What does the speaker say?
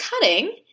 cutting